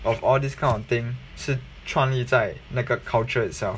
of all these kind of thing 是创立在那个 culture itself